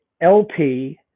lp